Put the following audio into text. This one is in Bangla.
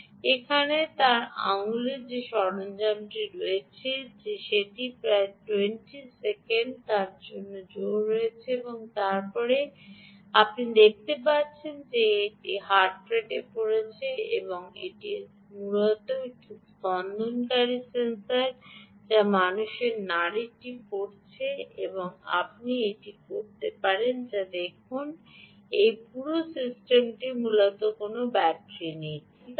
এখানে তার আঙুলে যে সরঞ্জামগুলি রয়েছে সে এটি প্রায় 20 সেকেন্ড বা তার জন্য জোড় করেছে এবং তারপরে আপনি দেখতে পাচ্ছেন যে এটি হার্ট রেট পড়েছে সুতরাং এটি মূলত এটি একটি স্পন্দনকারী সেন্সর যা মানুষের নাড়িটি পড়ছে এবং আপনি এটি করতে পারেন দেখুন যে এই পুরো সিস্টেমটির মূলত কোনও ব্যাটারি নেই ঠিক আছে